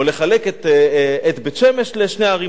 או לחלק את בית-שמש לשתי ערים,